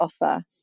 offer